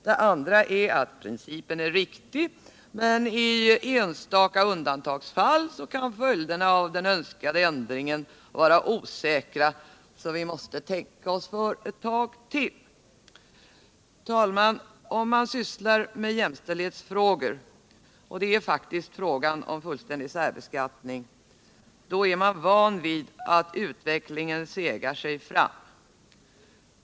Det andra argumentet är att principen är riktig men att följderna av den önskade ändringen i enstaka undantagsfall kan vara osäkra, så att vi måste tänka oss för ett tag till. Herr talman! Om man sysslar med jämställdhetsfrågor — och frågan om fullständig särbeskattning är faktiskt en jämställdhetsfråga — är man van vid att utvecklingen segar sig fram.